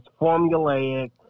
formulaic